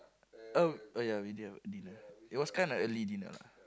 uh oh ya we did have dinner it was kinda early dinner lah